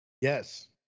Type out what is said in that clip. Yes